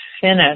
finish